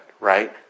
right